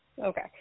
Okay